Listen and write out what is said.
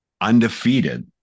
undefeated